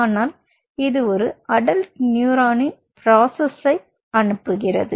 ஆனால் இது ஒரு அடல்ட் நியூரானின் ப்ரோசெஸ்ஸை அனுப்புகிறது